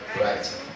Right